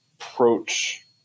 approach